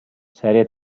serie